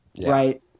right